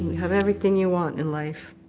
have everything you want in life,